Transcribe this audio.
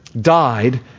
Died